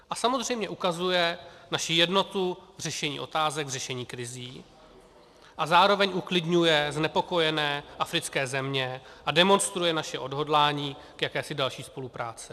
A samozřejmě ukazuje naši jednotu řešení otázek, řešení krizí a zároveň uklidňuje znepokojené africké země a demonstruje naše odhodlání k jakési další spolupráci.